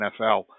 NFL